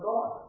God